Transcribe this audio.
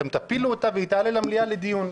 אתם תפילו אותה והיא תעלה למליאה לדיון.